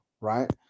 right